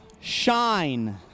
shine